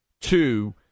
Two